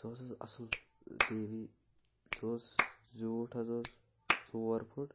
سُہ حظ اوس اصل ٹی وی سُہ اوس زیوٗٹھ حظ اوس ژور پھُٹ